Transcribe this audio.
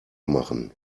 machen